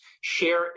share